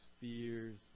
fears